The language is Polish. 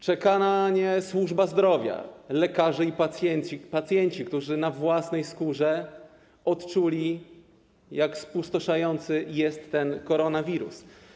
Czeka na nie służba zdrowia, lekarze i pacjenci, którzy na własnej skórze odczuli, jak pustoszący jest ten koronawirus.